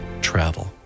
Travel